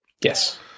Yes